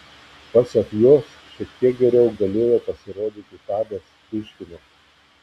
pasak jos šiek tek geriau galėjo pasirodyti tadas duškinas